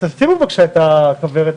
גם בוועדה הציבורית לקביעת שכר חברי הכנסת,